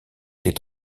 des